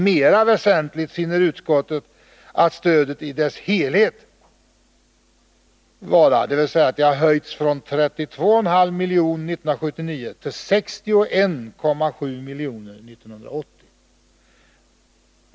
Mera väsentligt finner utskottet att stödet i dess helhet ——— höjts från 32,5 milj.kr. år 1979 till 61,7 milj.kr. år 1980.